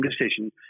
decision